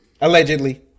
Allegedly